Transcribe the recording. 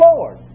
Lord